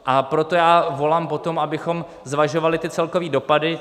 A proto já volám po tom, abychom zvažovali celkové dopady.